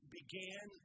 began